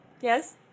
Yes